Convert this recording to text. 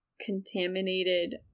contaminated